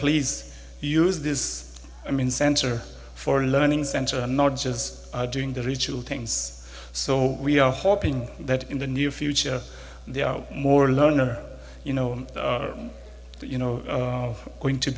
please use this i mean center for learning center not just doing the ritual things so we are hoping that in the near future they are more learner you know that you know going to